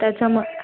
त्याच्याम